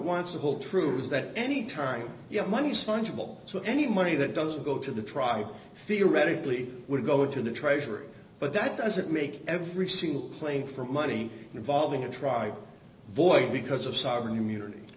wants to hold true is that any time you know money is fungible so any money that doesn't go to the tribe theoretically would go to the treasury but that doesn't make every single playing for money involving a try void because of sovereign immunity